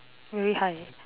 very high